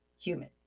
human